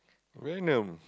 venom